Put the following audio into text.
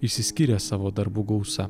išsiskyrė savo darbų gausa